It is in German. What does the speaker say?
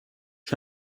ich